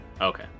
Okay